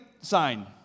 sign